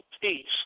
peace